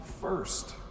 first